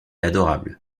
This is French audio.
adorable